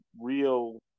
real